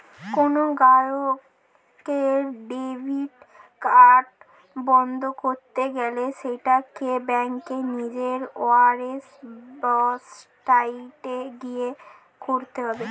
কোনো গ্রাহকের debit card বন্ধ করতে গেলে সেটাকে ব্যাঙ্কের নিজের ওয়েবসাইটে গিয়ে করতে হয়ে